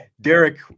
Derek